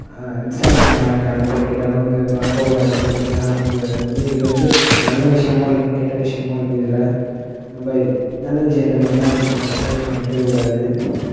இன்ஸ்டாக்ராமில் அனுப்பக் கேட்டாலும் அனுப்பக்கூடாது இதில் நமக்கு வந்து இது வந்து நல்ல விஷயமும் இருக்குது கெட்ட விஷயமும் இருக்குது இதில் நம்ம நல்ல விஷயத்த மட்டுந்தான் எடுத்துக்கணும் கெட்ட விஷயம் எடுத்துக்கக் கூடாது